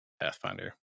Pathfinder